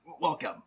welcome